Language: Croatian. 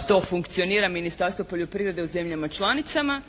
što funkcionira Ministarstvo poljoprivrede u zemljama članicama,